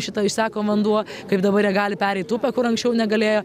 šita išseko vanduo kaip dabar jie gali pereit upę kur anksčiau negalėjo